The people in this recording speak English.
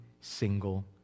single